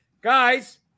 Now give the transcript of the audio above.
guys